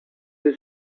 the